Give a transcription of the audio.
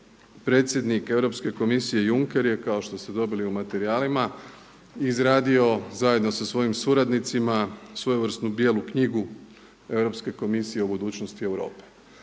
predsjednik Europske komisije Juncker je kao što ste dobili u materijalima izradio zajedno sa svojim suradnicima svojevrsnu Bijelu knjigu Europske komisije o budućnosti Europe.